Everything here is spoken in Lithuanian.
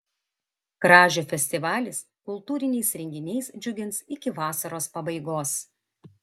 kražių festivalis kultūriniais renginiais džiugins iki vasaros pabaigos